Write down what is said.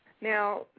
Now